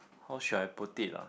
how should I put it lah